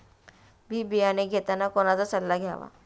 बी बियाणे घेताना कोणाचा सल्ला घ्यावा?